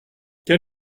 quel